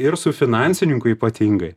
ir su finansininku ypatingai